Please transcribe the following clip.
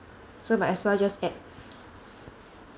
so might as well just add